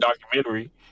documentary